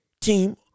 Team